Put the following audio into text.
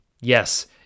Yes